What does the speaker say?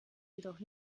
jedoch